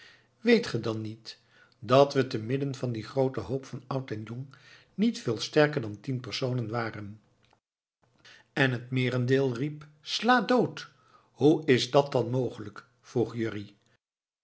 weet ge dan niet dat we te midden van dien grooten hoop van oud en jong niet veel sterker dan tien personen waren en het meerendeel riep sla dood hoe is dat dan mogelijk vroeg jurrie